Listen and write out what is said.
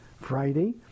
Friday